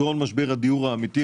פתרון משבר הדיור האמיתי,